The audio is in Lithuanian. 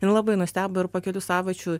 ir labai nustebo ir po kelių savaičių